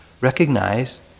recognize